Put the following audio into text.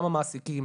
גם המעסיקים,